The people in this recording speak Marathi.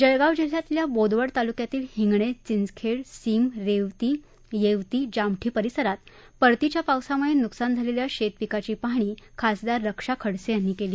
जळगाव जिल्ह्यातल्या बोदवड तालुक्यातील हिंगणे चिंचखेड सिम रेवती येवती जामठी परिसरात परतीच्या पावसामुळे नुकसान झालेल्या शेत पीकाची पाहणी खासदार रक्षा खडसे यांनी केली